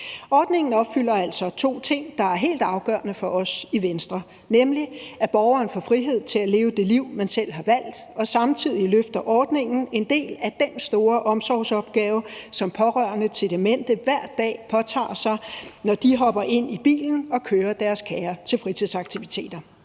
Ordningen opfylder altså to ting, der er helt afgørende for os i Venstre, nemlig at borgeren får frihed til at leve det liv, borgeren selv har valgt, og samtidig løfter ordningen en del af den store omsorgsopgave, som pårørende til demente hver dag påtager sig, når de hopper ind i bilen og kører deres kære til fritidsaktiviteter.